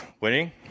winning